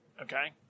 Okay